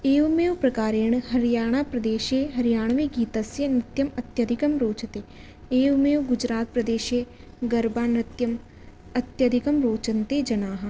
एवमेव प्रकारेण हरियाणाप्रदेशे हरियाण्वीगीतस्य नृत्यमत्यधिकं रोचते एवमेव गुजरात् प्रदेशे गर्बानृत्यम् अत्यधिकं रोचन्ते जनाः